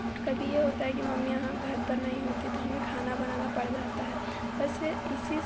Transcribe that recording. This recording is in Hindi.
कभी ये होता है कि मम्मी यहाँ घर पर नहीं होतीं तो हमें खाना बनाना पड़ जाता है बस इसी